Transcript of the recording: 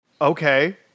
okay